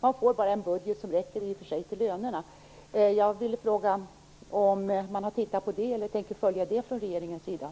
bara får en budget som räcker till lönerna. Jag vill fråga om regeringen har tittat närmare på detta eller om man tänker följa upp det.